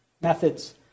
methods